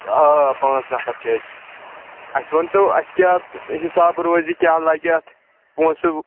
آ آ پانٛژھ نَفَر چھِ أسۍ اَسہِ ؤنۍتو اَسہِ کیٛاہ حساب روزِ کیٛاہ لَگہِ اَتھ پونٛسہٕ